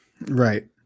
Right